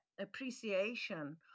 appreciation